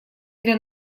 для